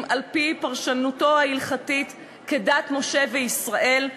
על-פי פרשנותו ההלכתית כדת משה וישראל,